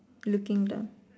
looking down